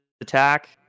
attack